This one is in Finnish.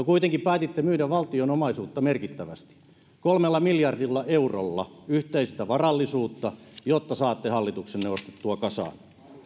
kuitenkin päätitte myydä merkittävästi valtion omaisuutta kolmella miljardilla eurolla yhteistä varallisuutta jotta saatte hallituksenne ostettua kasaan